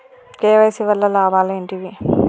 KYC వల్ల లాభాలు ఏంటివి?